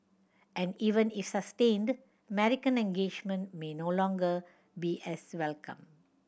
and even if sustained American engagement may no longer be as welcome